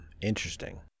Interesting